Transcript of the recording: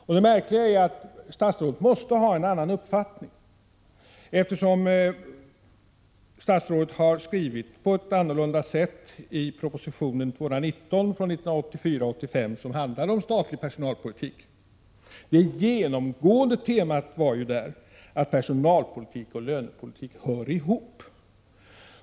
Och det märkliga är att statsrådet måste ha en annan uppfattning, eftersom statsrådet har skrivit på ett annat sätt i propositionen 219 från 1984/85, som handlar om statlig personalpolitik. Det genomgående temat där var att personalpolitik och lönepolitik hör ihop.